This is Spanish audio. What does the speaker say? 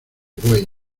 buey